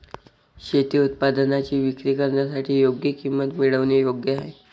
शेती उत्पादनांची विक्री करण्यासाठी योग्य किंमत मिळवणे योग्य आहे